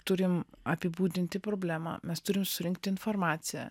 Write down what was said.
turim apibūdinti problemą mes turim surinkt informaciją